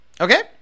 Okay